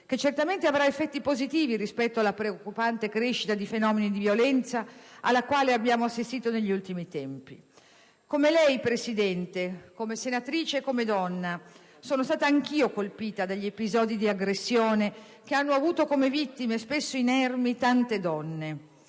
che certamente avrà effetti positivi rispetto alla preoccupante crescita di fenomeni di violenza cui abbiamo assistito negli ultimi tempi. Come lei, signora Presidente, come senatrice e come donna, sono stata anch'io colpita dagli episodi di aggressione che hanno avuto come vittime, spesso inermi, tante donne.